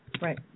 Right